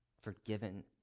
forgiven